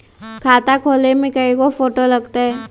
खाता खोले में कइगो फ़ोटो लगतै?